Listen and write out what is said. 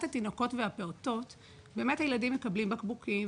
התינוקות והפעוטות הילדים מקבלים בקבוקים,